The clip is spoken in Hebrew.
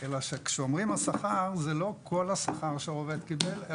אלא שכשאומרים "השכר" זה לא לגבי כל השכר שהעובד קיבל,